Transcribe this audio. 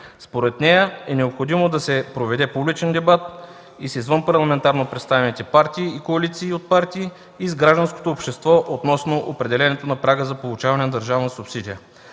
Според нея е необходимо да се проведе публичен дебат и с извънпарламентарно представените партии и коалиции от партии, и с гражданското общество относно определянето на прага за получаване на държавна субсидия.